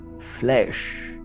flesh